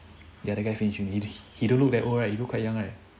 ya that guy finish uni already he don't look that old right he look quite young right